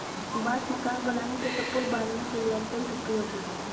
बांस मकान बनाने तथा पुल बाँधने के लिए यह अत्यंत उपयोगी है